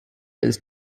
his